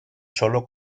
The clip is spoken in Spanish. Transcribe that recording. solo